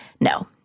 no